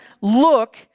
look